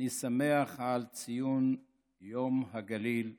אני שמח על ציון יום הגליל בכנסת.